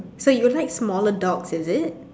so you like smaller dogs is it